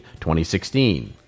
2016